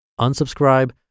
Unsubscribe